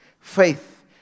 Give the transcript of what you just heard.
faith